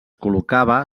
col·locava